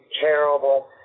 terrible